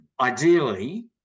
Ideally